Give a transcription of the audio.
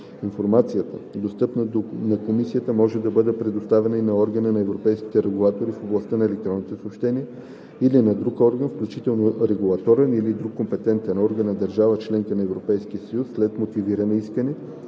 Информацията, достъпна на комисията, може да бъде предоставена и на Органа на европейските регулатори в областта на електронните съобщения или на друг орган, включително регулаторен или друг компетентен орган на държава – членка на Европейския съюз, след мотивирано искане